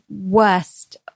worst